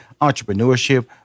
entrepreneurship